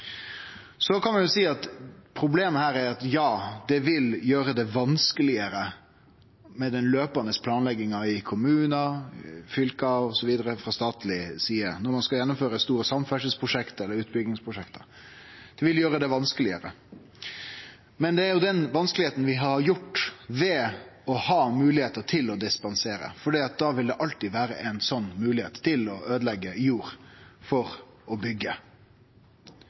Så kan ein seie at problemet her er at det ville gjere det vanskelegare med planlegging i kommunar og fylke, og for staten, når ein skal gjennomføre store samferdselsprosjekt og utbyggingsprosjekt. Det ville gjere det vanskelegare. Men det er jo vanskeleg, fordi vi har moglegheita til å dispensere, for da vil ein alltid ha ei slik moglegheit til å øydeleggje jord for å